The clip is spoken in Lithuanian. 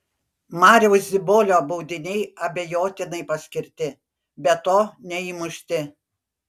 mariaus zibolio baudiniai abejotinai paskirti be to neįmušti